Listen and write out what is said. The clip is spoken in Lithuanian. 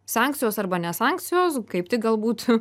sankcijos arba ne sankcijos kaip tik galbūt